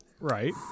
Right